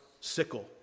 sickle